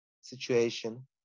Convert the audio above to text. situation